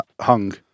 hung